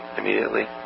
immediately